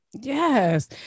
Yes